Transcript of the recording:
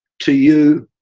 to you,